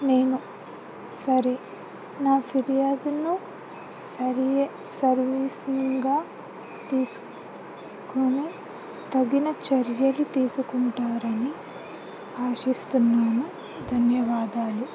నేను సరే నా ఫిర్యాదును సర్వీసిగా తీసుకుని తగిన చర్యలు తీసుకుంటారని ఆశిస్తున్నాను ధన్యవాదాలు